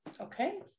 Okay